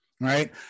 right